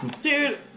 Dude